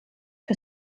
que